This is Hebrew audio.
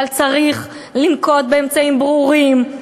אבל צריך לנקוט אמצעים ברורים,